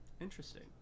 Interesting